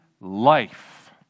life